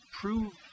Prove